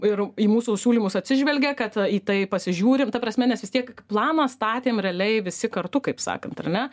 ir į mūsų siūlymus atsižvelgia kad į tai pasižiūri ta prasme nes vistiek planą statėm realiai visi kartu kaip sakant ar ne